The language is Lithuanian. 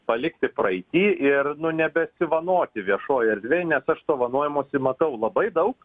palikti praeity ir nu nebesivanoti viešojoj erdvėj aš to vanojimosi matau labai daug